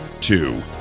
Two